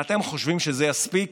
ואתם חושבים שזה יספיק?